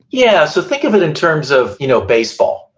yeah, so think of it in terms of you know, baseball.